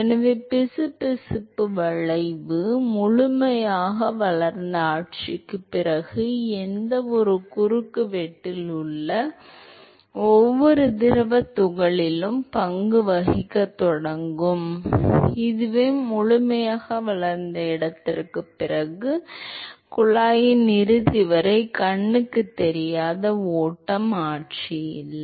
எனவே பிசுபிசுப்பு விளைவு முழுமையாக வளர்ந்த ஆட்சிக்குப் பிறகு எந்தவொரு குறுக்குவெட்டில் உள்ள ஒவ்வொரு திரவத் துகளிலும் பங்கு வகிக்கத் தொடங்கும் எனவே முழுமையாக வளர்ந்த இடத்திற்குப் பிறகு குழாயின் இறுதி வரை கண்ணுக்குத் தெரியாத ஓட்டம் ஆட்சி இல்லை